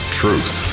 truth